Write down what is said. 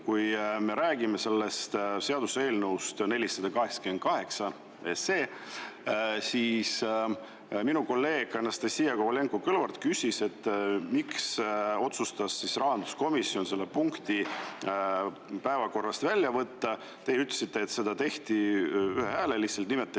Kui me räägime sellest seaduseelnõust 488, siis minu kolleeg Anastassia Kovalenko-Kõlvart küsis, miks otsustas rahanduskomisjon selle punkti päevakorrast välja võtta. Teie ütlesite, et seda tehti ühehäälselt, nimetasite